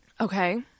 Okay